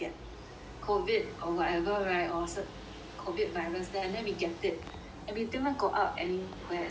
COVID or whatever right or cer~ COVID virus and then we get it and we didn't even go out anywhere except to go